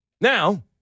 Now